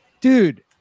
dude